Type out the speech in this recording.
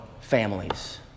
families